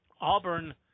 Auburn